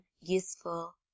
useful